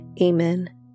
Amen